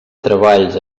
treballs